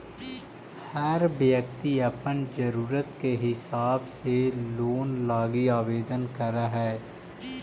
हर व्यक्ति अपन ज़रूरत के हिसाब से लोन लागी आवेदन कर हई